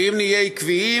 ואם נהיה עקביים,